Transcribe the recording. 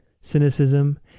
cynicism